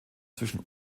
zwischen